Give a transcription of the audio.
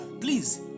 please